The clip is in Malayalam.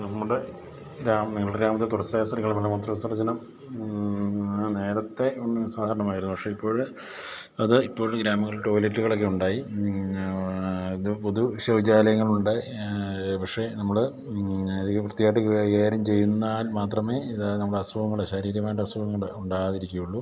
നമ്മുടെ ഗ്രാമ ഞങ്ങളുടെ ഗ്രാമത്തിൽ തുറസ്സായ സ്ഥലങ്ങളിൽ മലമൂത്രവിസർജ്ജനം നേരത്തെ സാധാരണമായിരുന്നു പക്ഷെ ഇപ്പോൾ അത് ഇപ്പോഴും ഗ്രാമങ്ങളിൽ ടോയ്ലറ്റുകളൊക്കെ ഉണ്ടായി ഇത് പൊതു ശൗചാലയങ്ങളുണ്ട് പക്ഷെ നമ്മൾ അധികം വൃത്തിയായിട്ട് കൈകാര്യം ചെയ്താൽ മാത്രമേ ഇത് നമ്മുടെ അസുഖങ്ങൾ ശാരീരികമായിട്ട് അസുഖങ്ങൾ ഉണ്ടാകാതിരിക്കുകയുള്ളൂ